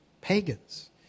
pagans